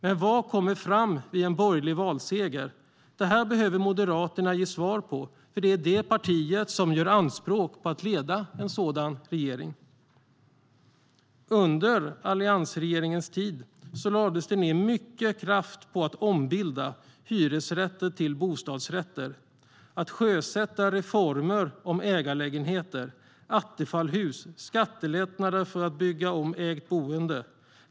Men vad kommer fram vid en borgerlig valseger? Det behöver Moderaterna ge svar på, för det är det partiet som gör anspråk på att leda en sådan regering. Under alliansregeringens tid lades det ned mycket kraft på att ombilda hyresrätter till bostadsrätter och att sjösätta reformer om ägarlägenheter, Attefallshus och skattelättnader för att bygga om ägt boende.